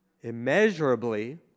immeasurably